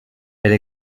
elle